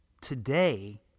today